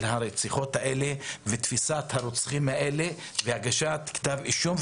הרציחות האלה ותפיסת הרוצחים האלה והגשת כתב אישום,